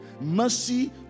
Mercy